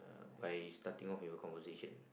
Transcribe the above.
by starting off with a conversation